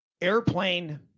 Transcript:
airplane